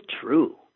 true